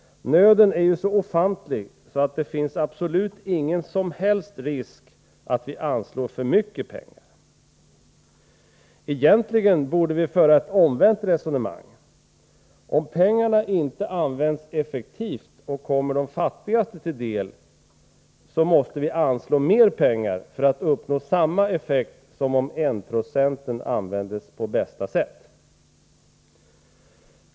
Nöden är ju så ofantlig att det absolut inte finns någon som helst risk att vi anslår för mycket pengar. Egentligen borde vi föra ett omvänt resonemang. Om pengarna inte används effektivt och kommer de fattigaste till del, måste vi anslå mer pengar för att uppnå samma effekt som om 196 bistånd användes på bästa sätt.